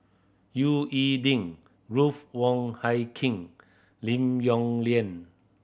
E Ding Ruth Wong Hie King Lim Yong Liang